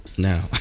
Now